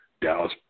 Dallas